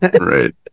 Right